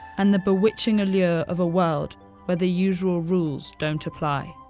and the bewitching allure of a world where the usual rules don't apply.